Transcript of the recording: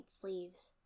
sleeves